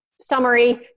summary